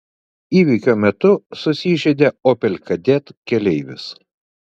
įvykio metu susižeidė opel kadett keleivis